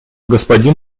господин